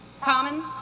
common